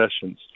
sessions